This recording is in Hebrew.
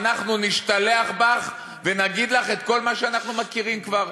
אנחנו נשתלח בך ונגיד לך את כל מה שאנחנו מכירים כבר.